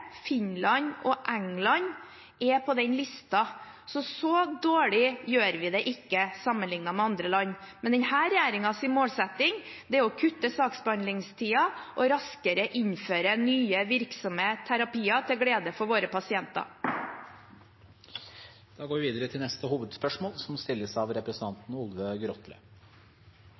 Finland og England er på den listen. Så så dårlig gjør vi det ikke sammenliknet med andre land. Men denne regjeringens målsetting er å kutte saksbehandlingstiden og raskere innføre nye virksomme terapier – til glede for våre pasienter. Da går vi videre til neste hovedspørsmål.